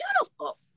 beautiful